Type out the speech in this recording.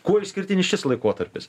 kuo išskirtinis šis laikotarpis